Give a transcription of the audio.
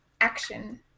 action